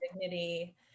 dignity